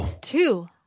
Two